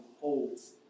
holds